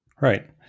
Right